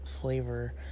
flavor